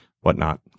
whatnot